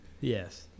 Yes